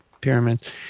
pyramids